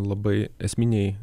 labai esminiai